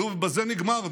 בזה, נגמר.